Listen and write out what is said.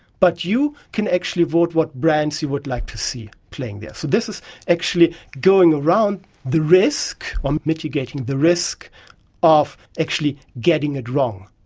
but you can actually vote what brands you would like to see playing there. so this is actually going around the risk, um mitigating the risk of actually getting it wrong.